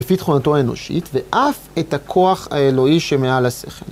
לפי תכונתו האנושית, ואף את הכוח האלוהי שמעל השכל.